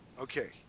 Okay